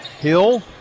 Hill